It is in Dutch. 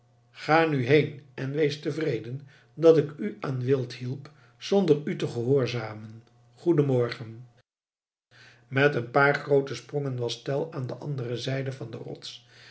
ga nu heen en wees tevreden dat ik u aan wild hielp zonder u te gehoorzamen goeden morgen met een paar groote sprongen was tell aan de andere zijde van de rots